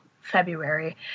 February